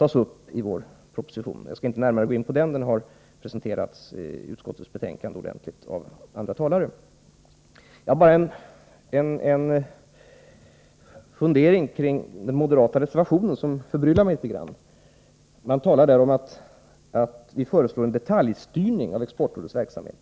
nämns i vår proposition. Jag skallinte närmare gå in på propositionen. Den har ordentligt presenterats av andra talare i samband med behandlingen av detta betänkande. Sedan en fundering kring den moderata reservationen, vilken förbryllar mig litet grand. Moderaterna talar där om att vi föreslår en detaljstyrning av Exportrådets verksamhet.